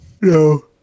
No